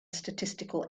statistical